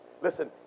Listen